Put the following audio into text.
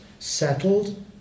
settled